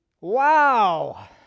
Wow